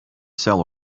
sell